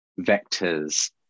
vectors